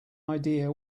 idea